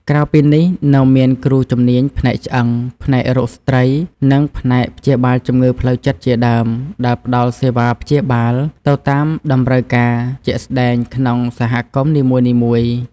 ក្រៅពីនេះ នៅមានគ្រូជំនាញផ្នែកឆ្អឹង ផ្នែករោគស្ត្រី និងផ្នែកព្យាបាលជំងឺផ្លូវចិត្តជាដើម ដែលផ្តល់សេវាព្យាបាលទៅតាមតម្រូវការជាក់ស្តែងក្នុងសហគមន៍នីមួយៗ។